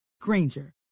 Granger